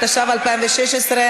התשע"ו 2016,